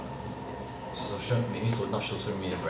social maybe so~ not social media